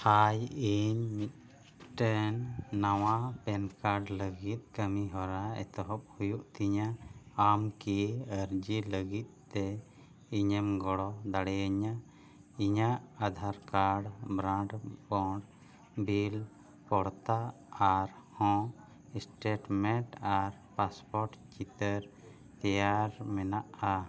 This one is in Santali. ᱟᱭ ᱤᱧ ᱢᱤᱫᱴᱮᱱ ᱱᱟᱣᱟ ᱯᱮᱱ ᱠᱟᱨᱰ ᱞᱟᱹᱜᱤᱫ ᱠᱟᱹᱢᱤᱦᱚᱨᱟ ᱮᱛᱚᱦᱚᱵ ᱦᱩᱭᱩᱜ ᱛᱤᱧᱟ ᱟᱢ ᱠᱤ ᱟᱨᱡᱤ ᱞᱟᱹᱜᱤᱫ ᱛᱮ ᱤᱧᱮᱢ ᱜᱚᱲᱚ ᱫᱟᱲᱮᱭᱤᱧᱟ ᱤᱧᱟᱹᱜ ᱟᱫᱷᱟᱨ ᱠᱟᱨᱰ ᱵᱨᱟᱱᱰ ᱵᱨᱚᱱᱰ ᱵᱤᱞ ᱯᱚᱲᱛᱟ ᱟᱨᱦᱚᱸ ᱥᱴᱮᱴᱢᱮᱱᱴ ᱟᱨ ᱯᱟᱥᱯᱳᱨᱴ ᱪᱤᱛᱟᱹᱨ ᱛᱮᱭᱟᱨ ᱢᱮᱱᱟᱜᱼᱟ